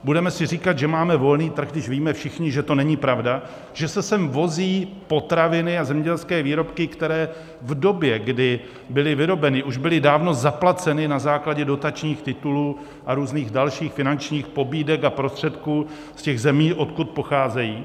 Budeme si říkat, že máme volný trh, když víme všichni, že to není pravda, že se sem vozí potraviny a zemědělské výroby, které v době, kdy byly vyrobeny, už byly dávno zaplaceny na základě dotačních titulů a různých dalších finančních pobídek a prostředků z těch zemí, odkud pocházejí?